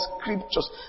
scriptures